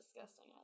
disgusting